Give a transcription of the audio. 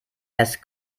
erst